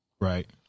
Right